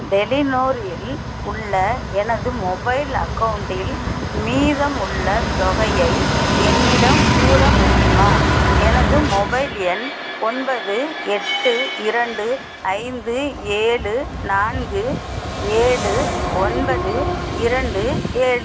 டெலிநோரில் உள்ள எனது மொபைல் அக்கௌண்டில் மீதம் உள்ள தொகையை என்னிடம் கூற முடியுமா எனது மொபைல் எண் ஒன்பது எட்டு இரண்டு ஐந்து ஏழு நான்கு ஏழு ஒன்பது இரண்டு ஏழு